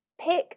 pick